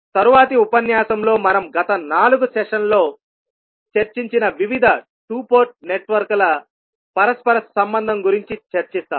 తరువాతి ఉపన్యాసంలో మనం గత 4 సెషన్లలో చర్చించిన వివిధ 2 పోర్ట్ నెట్వర్క్ల పరస్పర సంబంధం గురించి చర్చిస్తాము